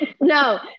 No